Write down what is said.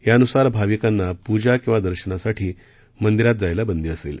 यान्सार भाविकांना प्जा किंवा दर्शनासाठी मंदीरांमधे जायला बंदी असेल